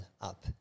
up